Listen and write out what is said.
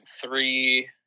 three